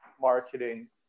marketing